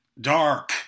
dark